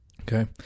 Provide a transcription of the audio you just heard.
Okay